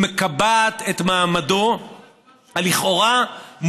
היא מקבעת את מעמדו הלכאורה-מובן-מאליו,